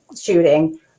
shooting